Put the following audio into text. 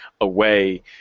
away